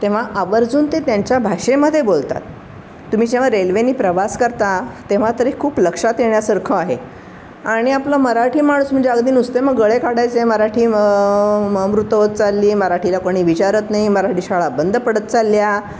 तेव्हा आवर्जून ते त्यांच्या भाषेमध्ये बोलतात तुम्ही जेव्हा रेल्वेने प्रवास करता तेव्हा तरी खूप लक्षात येण्यासारखं आहे आणि आपलं मराठी माणूस म्हणजे अगदी नुसते मग गळे काढायचे मराठी व मग मृत होत चालली मराठीला कोणी विचारत नाही मराठी शाळा बंद पडत चालल्या